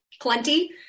plenty